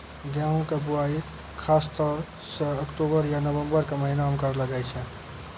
गेहूँ के बुआई खासतौर सॅ अक्टूबर या नवंबर के महीना मॅ करलो जाय छै